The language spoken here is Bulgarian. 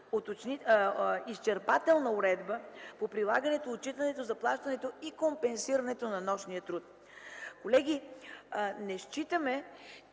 изчерпателна уредба по прилагането, отчитането, заплащането и компенсирането на нощния труд. Колеги, не считаме,